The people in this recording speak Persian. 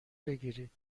بگیرید